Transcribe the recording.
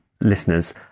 listeners